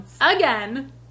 again